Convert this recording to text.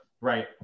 right